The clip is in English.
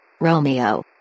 Romeo